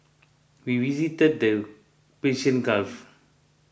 we visited the Persian Gulf